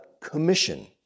commission